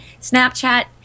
Snapchat